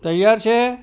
તૈયાર છે